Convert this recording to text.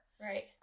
Right